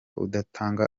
udatanga